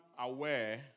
aware